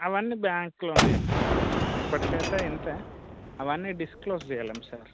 అవన్నీ బ్యాంకులో చెప్తాం సార్ ఇప్పటికి అయితే ఇంతే అవన్నీ డిస్క్లోస్ చేయలేం సార్